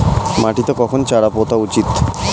মাটিতে কখন চারা পোতা উচিৎ?